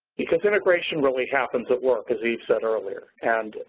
because integration really happens at work, as we said earlier. and,